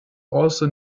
also